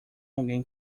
alguém